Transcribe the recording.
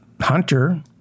Hunter